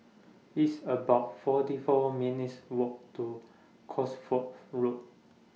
It's about forty four minutes' Walk to Cos Fourth Road